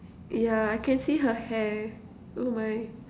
ya I can see her hair oh my